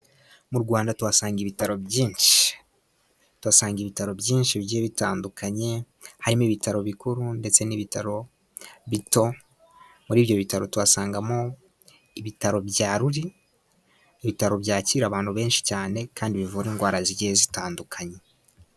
Mu Rwanda tuhasanga ibitaro byinshi, tuhasanga ibitaro byinshi bigiye bitandukanye harimo ibitaro bikuru ndetse n'ibitaro bito. Muri ibyo bitaro tuhasangamo ibitaro bya Ruli, ibitaro byakira abantu benshi cyane kandi bivura indwara zigiye zitandukanye.